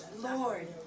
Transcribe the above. Lord